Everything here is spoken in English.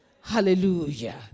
Hallelujah